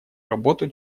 работу